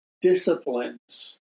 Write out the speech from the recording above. disciplines